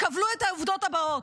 קבלו את העובדות הבאות: